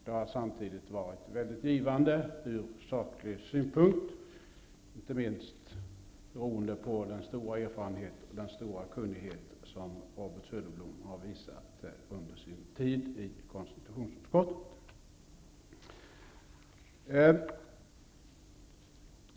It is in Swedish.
Det har samtidigt var mycket givande ur saklig synpunkt, inte minst beroende på den stora erfarenhet och den stora kunnighet som Robert Söderblom har visat under sin tid i konstitutionsutskottet.